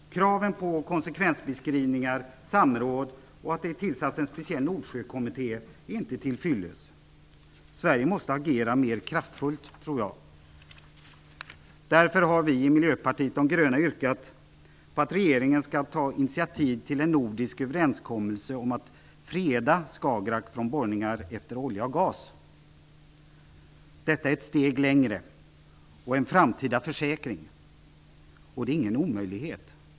Kraven på konsekvensbeskrivningar, samråd och tillsättandet av en speciell Nordsjökommitté är inte till fyllest. Jag tror att Sverige måste agera mer kraftfullt. Därför har vi i Miljöpartiet de gröna yrkat på att regeringen skall ta initiativ till en nordisk överenskommelse om att freda Skagerrak från borrningar efter olja och gas. Detta är ett steg längre och en framtida försäkring. Det är ingen omöjlighet.